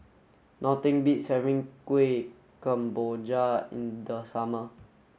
nothing beats having Kuih Kemboja in the summer